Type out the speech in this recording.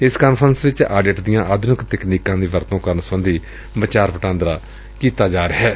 ਇਸ ਕਾਨਫਰੰਸ ਵਿਚ ਆਡਿਟ ਦੀਆਂ ਆਧੁਨਿਕ ਤਕਨੀਕਾਂ ਦੀ ਵਰਤੋਂ ਕਰਨ ਸਬੰਧੀ ਵਿਚਾਰ ਚਰਚਾ ਕੀਤੀ ਜਾ ਰਹੀ ਏ